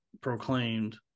proclaimed